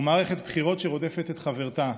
ומערכת בחירות שרודפת את חברתה.